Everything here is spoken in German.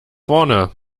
vorne